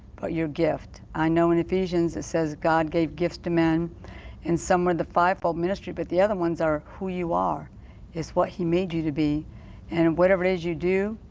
but your gift. i know in ephesians, it says god gave gifts to man and somewhere the fivefold ministry, but the other ones are who you are is what she made you to the and and whatever it is you do.